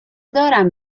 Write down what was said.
دارم